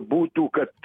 būtų kad